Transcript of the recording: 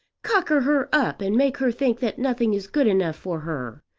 cocker her up and make her think that nothing is good enough for her!